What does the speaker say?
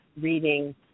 reading